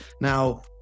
Now